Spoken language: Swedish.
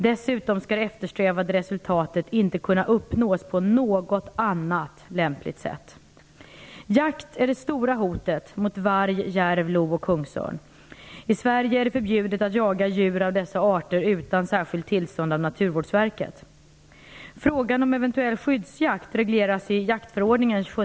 Dessutom skall det eftersträvade resultatet inte kunna uppnås på något annat lämpligt sätt. Jakt är det stora hotet mot varg, järv, lo och kungsörn. I Sverige är det förbjudet att jaga djur av dessa arter utan särskilt tillstånd av Naturvårdsverket. jaktförordningen .